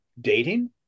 dating